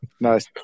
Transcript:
Nice